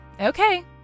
okay